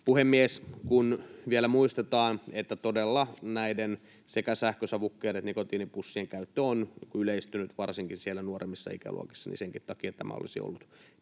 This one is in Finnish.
puhemies, kun vielä muistetaan, että todella sekä sähkösavukkeiden että nikotiinipussien käyttö on yleistynyt varsinkin siellä nuoremmissa ikäluokissa, niin senkin takia tämä olisi ollut